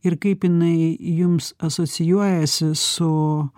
ir kaip jinai jums asocijuojasi su